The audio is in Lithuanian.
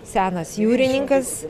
senas jūrininkas